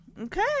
Okay